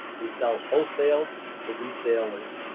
we sell wholesale to resellers.